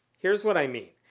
here's what i mean.